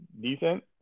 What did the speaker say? decent